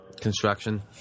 Construction